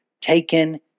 taken